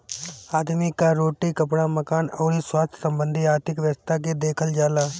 आदमी कअ रोटी, कपड़ा, मकान अउरी स्वास्थ्य संबंधी आर्थिक व्यवस्था के देखल जाला